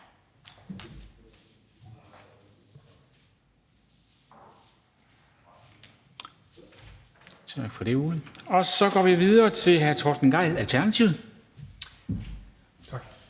Så går vi videre til hr. Torsten Gejl, Alternativet.